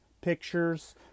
pictures